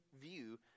view